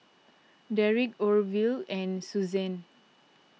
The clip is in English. Derick Orville and Susanne